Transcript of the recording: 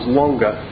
longer